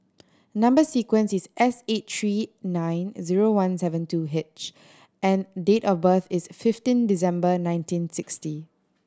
number sequence is S eight three nine zero one seven two H and date of birth is fifteen December nineteen sixty